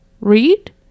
Read